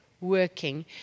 working